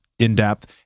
in-depth